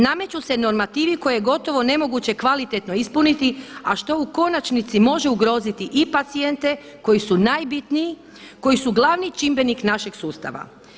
Nameću se normativi koje je gotovo nemoguće kvalitetno ispuniti a što u konačnici može ugroziti i pacijente koji su najbitniji, koji su glavni čimbenik našeg sustava.